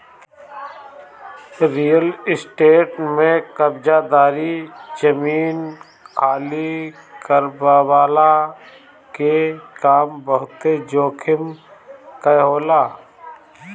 real estate में कब्ज़ादारी, जमीन खाली करववला के काम बहुते जोखिम कअ होला